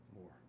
more